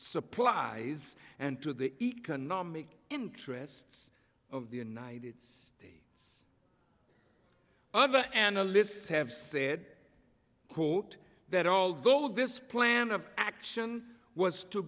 supplies and to the economic interests of the united states other analysts have said quote that although this plan of action was to